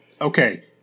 Okay